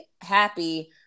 happy